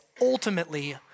ultimately